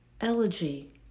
Elegy